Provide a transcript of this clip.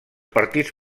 partits